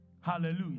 Hallelujah